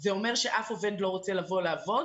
זה אומר שאף עובד לא רוצה לבוא לעבוד.